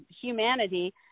humanity